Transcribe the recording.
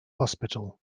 hospital